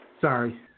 Sorry